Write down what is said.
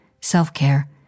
self-care